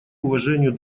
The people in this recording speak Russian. уважению